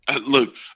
Look